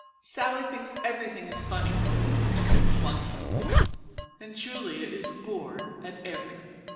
sallie thinks everything is funny even flunking and julia is bored at everything.